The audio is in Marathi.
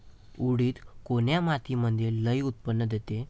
उडीद कोन्या मातीमंदी लई उत्पन्न देते?